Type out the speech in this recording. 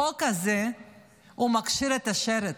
החוק הזה מכשיר את השרץ.